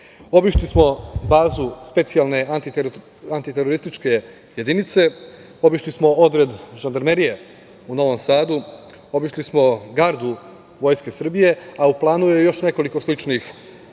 Obišli smo bazu Specijalne antiterorističke jedinice, obišli smo Odred žandarmerije u Novom Sadu, obišli smo gardu Vojske Srbije, a u planu je još nekoliko sličnih